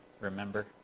remember